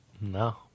No